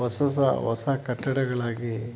ಹೊಸ್ ಹೊಸ ಹೊಸ ಕಟ್ಟಡಗಳಾಗಿ